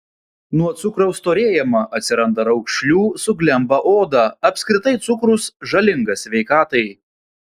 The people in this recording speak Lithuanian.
nuo cukraus storėjama atsiranda raukšlių suglemba oda apskritai cukrus žalingas sveikatai